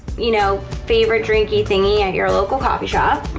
you know favorite drinky thingy at your local coffee shop.